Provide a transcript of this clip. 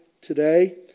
today